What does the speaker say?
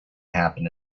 happen